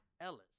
Ellis